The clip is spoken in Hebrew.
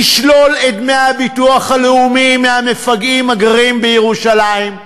תשלול את דמי הביטוח הלאומי מהמפגעים הגרים בירושלים.